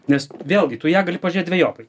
nes vėlgi tu ją gali pažiūrėt dvejopai